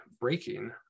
breaking